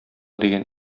дигән